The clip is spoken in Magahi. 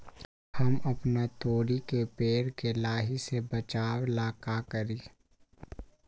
हम अपना तोरी के पेड़ के लाही से बचाव ला का करी?